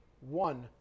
one